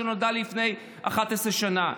שנולדה לי לפני 11 שנה.